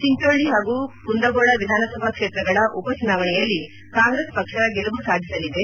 ಚಿಂಚೋಳ್ಳಿ ಹಾಗೂ ಕುಂದಗೋಳ ವಿಧಾನಸಭಾ ಕ್ಷೇತ್ರಗಳ ಉಪಚುನಾವಣೆಯಲ್ಲಿ ಕಾಂಗ್ರೆಸ್ ಪಕ್ಷ ಗೆಲುವು ಸಾಧಿಸಲಿದೆ